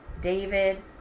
David